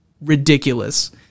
ridiculous